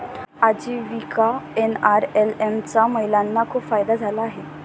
आजीविका एन.आर.एल.एम चा महिलांना खूप फायदा झाला आहे